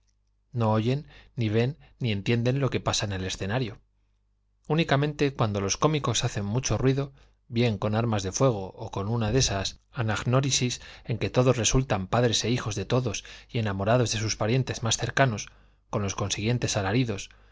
no oyen ni ven ni entienden lo que pasa en el escenario únicamente cuando los cómicos hacen mucho ruido bien con armas de fuego o con una de esas anagnórisis en que todos resultan padres e hijos de todos y enamorados de sus parientes más cercanos con los consiguientes alaridos